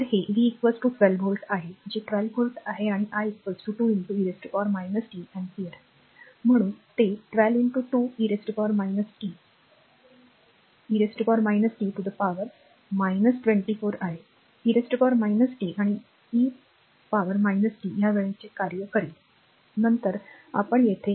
तर हे v 12 volt आहे जे 12 व्होल्ट आहे आणि i 2 e t अँपिअर म्हणून ते 12 2 e t e t to the power 24 आहे e t आणि e पॉवर t या वेळेचे कार्य करेल नंतर आपण येथे